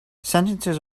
sentences